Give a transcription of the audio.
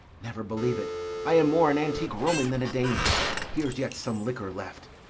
never believe it i am more an antique roman than a dane here's yet some liquor left.